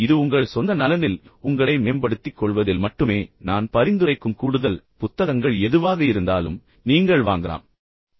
இது உங்கள் சொந்த நலனில் மட்டுமே உங்களை மேம்படுத்திக் கொள்வதில் மட்டுமே நான் பரிந்துரைக்கும் கூடுதல் புத்தகங்கள் எதுவாக இருந்தாலும் நீங்கள் வாங்கலாம் மற்றும் படிக்கலாம்